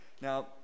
Now